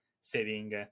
saving